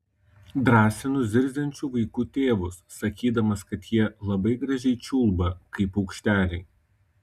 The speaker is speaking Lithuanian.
drąsinu zirziančių vaikų tėvus sakydamas kad jie labai gražiai čiulba kaip paukšteliai